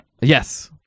Yes